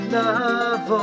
love